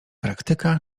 praktyka